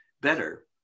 better